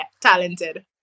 talented